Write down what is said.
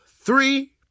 three